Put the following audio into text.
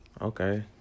Okay